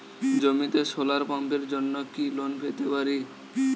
জমিতে সোলার পাম্পের জন্য কি লোন পেতে পারি?